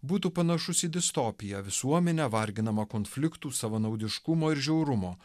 būtų panašus į distopiją visuomenę varginamą konfliktų savanaudiškumo ir žiaurumo